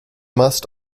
must